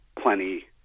plenty